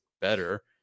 better